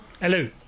Hello